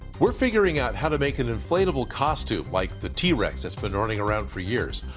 we're figuring out how to make an inflatable costume like the t-rex that's been running around for years,